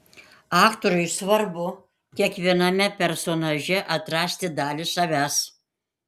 aktoriui svarbu kiekviename personaže atrasti dalį savęs